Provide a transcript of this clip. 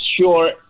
sure